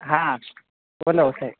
હા બોલો સાહેબ